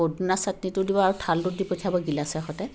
পদিনা চাটনিটো দিব আৰু থালটো দি পঠিয়াব গিলাচৰ সৈতে